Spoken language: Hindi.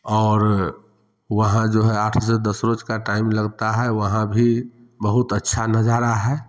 और वहाँ जो है आठ से दस रोज का टाइम लगता है वहाँ भी बहुत अच्छा नज़ारा है